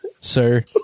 sir